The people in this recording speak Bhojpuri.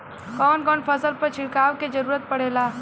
कवन कवन फसल पर छिड़काव के जरूरत पड़ेला?